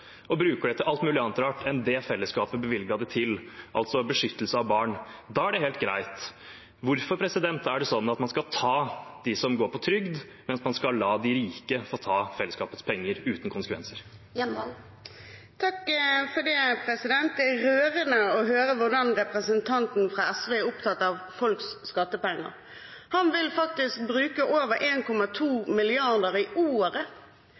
bruker dem til alt mulig annet rart enn det fellesskapet har bevilget dem til, altså beskyttelse av barn, da er det helt greit. Hvorfor er det slik at man skal ta dem som går på trygd, men la de rike få ta fellesskapets penger uten konsekvenser? Det er rørende å høre hvordan representanten fra SV er opptatt av folks skattepenger. Han vil faktisk bruke over 1,2 mrd. kr i